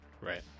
Right